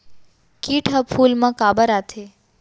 किट ह फूल मा काबर आथे?